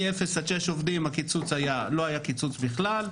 מאפס עד שישה עובדים לא היה קיצוץ בכלל,